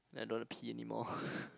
then I don't want to pee anymore